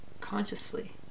consciously